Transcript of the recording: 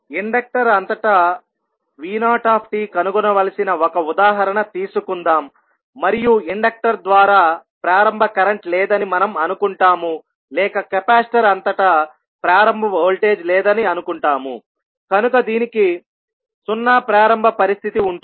inductor అంతటా vot కనుగొనవలసిన ఒక ఉదాహరణ తీసుకుందాం మరియు ఇండక్టర్ ద్వారా ప్రారంభ కరెంట్ లేదని మనం అనుకుంటాము లేక కెపాసిటర్ అంతటా ప్రారంభ వోల్టేజి లేదని అనుకుంటాముకనుక దీనికి 0 ప్రారంభ పరిస్థితి ఉంటుంది